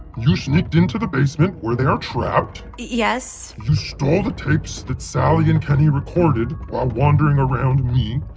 you sneaked into the basement where they are trapped yes you stole the tapes that sally and kenny recorded while wandering around me,